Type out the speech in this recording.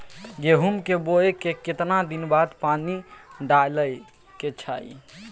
गेहूं के बोय के केतना दिन बाद पानी डालय के चाही?